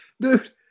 dude